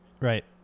Right